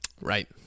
Right